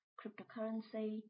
cryptocurrency